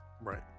right